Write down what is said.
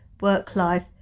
work-life